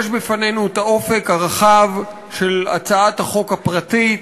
יש בפנינו את האופק הרחב של הצעת החוק הפרטית,